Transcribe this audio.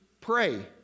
pray